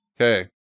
Okay